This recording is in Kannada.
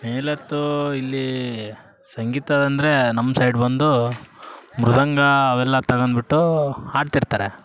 ಮೇಲೆತ್ತೂ ಇಲ್ಲೀ ಸಂಗೀತ ಅಂದರೆ ನಮ್ಮ ಸೈಡ್ ಬಂದು ಮೃದಂಗ ಅವೆಲ್ಲ ತಗೊಂದ್ಬುಟ್ಟು ಹಾಡ್ತಿರ್ತಾರೆ